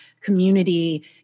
community